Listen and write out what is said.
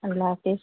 اللّٰہ حافظ